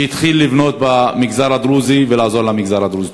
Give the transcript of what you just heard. שיתחיל לבנות במגזר הדרוזי ולעזור למגזר הדרוזי.